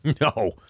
No